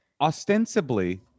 Ostensibly